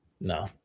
no